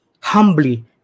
humbly